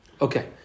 Okay